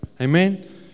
Amen